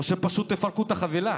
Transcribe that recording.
או שפשוט תפרקו את החבילה.